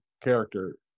character